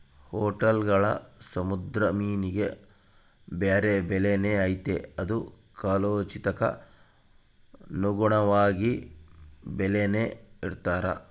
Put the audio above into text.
ಹೊಟೇಲ್ಗುಳಾಗ ಸಮುದ್ರ ಮೀನಿಗೆ ಬ್ಯಾರೆ ಬೆಲೆನೇ ಐತೆ ಅದು ಕಾಲೋಚಿತಕ್ಕನುಗುಣವಾಗಿ ಬೆಲೇನ ಇಡ್ತಾರ